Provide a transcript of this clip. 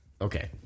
Okay